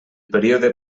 període